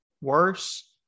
worse